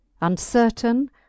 Uncertain